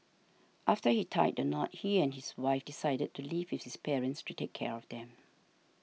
after he tied the knot he and his wife decided to live with his parents to take care of them